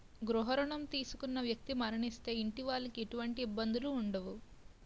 గృహ రుణం తీసుకున్న వ్యక్తి మరణిస్తే ఇంటి వాళ్లకి ఎటువంటి ఇబ్బందులు ఉండవు